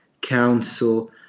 Council